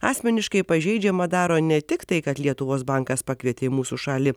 asmeniškai pažeidžiamą daro ne tik tai kad lietuvos bankas pakvietė į mūsų šalį